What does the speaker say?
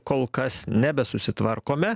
kol kas nebesusitvarkome